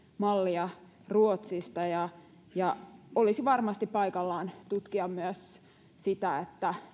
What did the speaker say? mallia ruotsista ja ja olisi varmasti paikallaan tutkia myös sitä